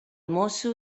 mosso